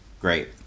great